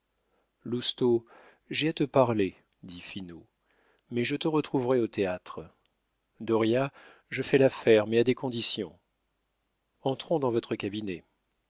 j'ai à te parler dit finot mais je te retrouverai au théâtre dauriat je fais l'affaire mais à des conditions entrons dans votre cabinet